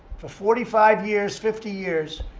for forty five years, fifty years,